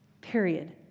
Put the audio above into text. Period